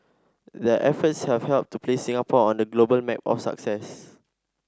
their efforts have helped to place Singapore on the global map of success